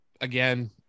again